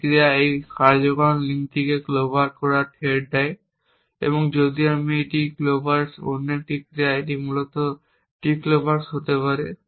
এই ক্রিয়াটি এই কার্যকারণ লিঙ্কটিকে ক্লোবার করার থ্রেড দেয়। এবং যদি এটি clobbers অন্য একটি ক্রিয়া এটি মূলত declobber হতে পারে